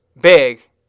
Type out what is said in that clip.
big